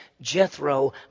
Jethro